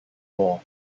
war